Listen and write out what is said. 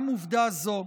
גם עובדה זו,